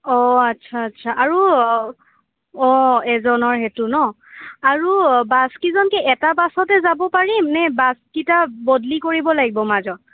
অঁ আচ্ছা আচ্ছা আৰু অঁ এজনৰ সেইটো ন আৰু বাছ কিজন কি এটা বাছতে যাব পাৰিম নে বাছকেইটা বদলি কৰিব লাগিব মাজত